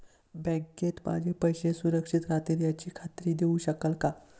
बँकेत माझे पैसे सुरक्षित राहतील याची खात्री देऊ शकाल का?